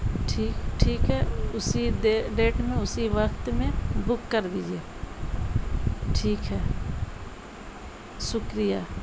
ٹھیک ٹھیک ہے اسی ڈیٹ میں اسی وقت میں بک کر دیجیے ٹھیک ہے شکریہ